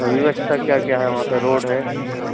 और व्यवस्था क्या क्या है वहाँ पर रोड है